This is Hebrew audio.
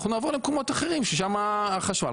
אנחנו נעבור למקומות אחרים ששם החשמל.